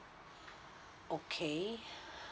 okay